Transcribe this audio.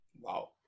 Wow